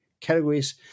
categories